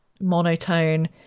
monotone